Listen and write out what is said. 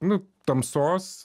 nu tamsos